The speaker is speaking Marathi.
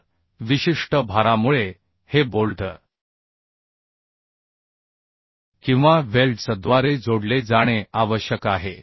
तर विशिष्ट भारामुळे हे बोल्ट किंवा वेल्ड्सद्वारे जोडले जाणे आवश्यक आहे